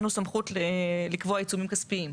אנחנו נתנו סמכות לקבוע עיצומים כספיים,